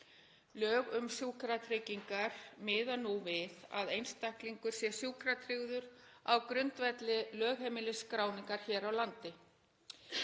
Lög um sjúkratryggingar miða nú við að einstaklingur sé sjúkratryggður á grundvelli lögheimilisskráningar hér á landi.